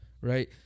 right